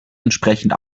entsprechend